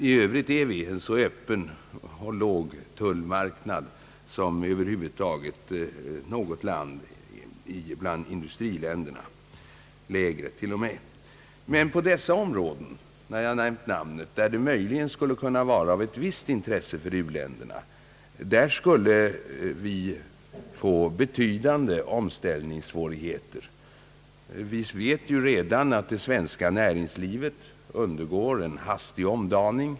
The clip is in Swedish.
I övrigt har Sverige en så öppen tullmarknad som över huvud taget något land bland industriländerna, t.o.m. med lägre tullmurar än i de flesta länder. Men på de områden som jag nyss nämnde och som möjligen skulle vara av visst intresse för u-länderna skulle vi få betydande omställningssvårigheter. Vi vet redan att det svenska näringslivet undergår en hastig omdaning.